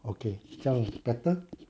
okay 这样 better